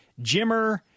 Jimmer